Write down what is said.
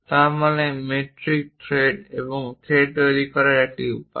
তার মানে metric thread এই থ্রেড তৈরির এক উপায়